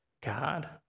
God